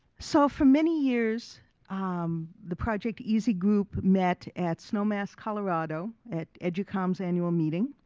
so for many years um the project easi group met at snowmass, colorado at educom's annual meeting.